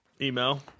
Email